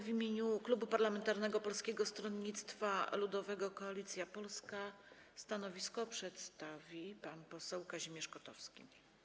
W imieniu Klubu Parlamentarnego Polskie Stronnictwo Ludowe - Koalicja Polska stanowisko przedstawi pan poseł Kazimierz Kotowski.